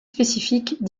spécifiques